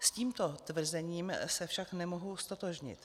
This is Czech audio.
S tímto tvrzením se však nemohu ztotožnit.